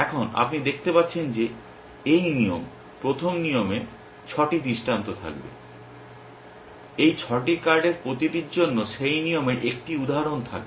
এখন আপনি দেখতে পাচ্ছেন যে এই নিয়ম প্রথম নিয়মে 6টি দৃষ্টান্ত থাকবে এই 6টি কার্ডের প্রতিটির জন্য সেই নিয়মের 1টি উদাহরণ মিলবে